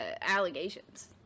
allegations